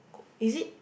is it